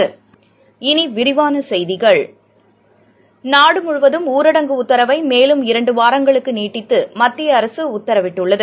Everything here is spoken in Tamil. இனிவிரிவானசெய்திகள் நாடுமுழுவதும் ஊரடங்கு உத்தரவைமேலும் இரண்டுவாரங்களுக்குநீட்டித்துமத்தியஅரசுஉத்தரவிட்டுள்ளது